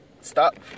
stop